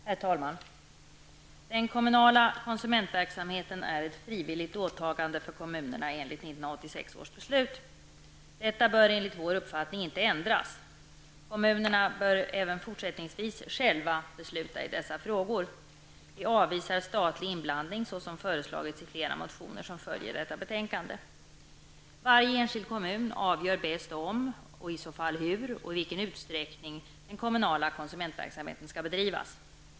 Herr talman! Den kommunala konsumentverksamheten är ett frivilligt åtagande för kommunerna enligt 1986 års beslut. Detta bör enligt vår uppfattning inte ändras. Kommunerna bör även fortsättningsvis själva kunna besluta i dessa frågor. Vi avvisar statlig inblandning, såsom har föreslagits i flera motioner som följer detta betänkande. Varje enskild kommun avgör bäst om och i så fall hur och i vilken utsträckning den kommunala konsumentverksamheten skall bedrivas.